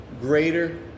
Greater